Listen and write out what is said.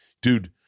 dude